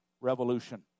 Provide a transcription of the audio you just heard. revolution